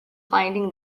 finding